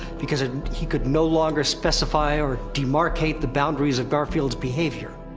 because of. he could no longer specify, or demarcate the boundaries of garfield's behavior?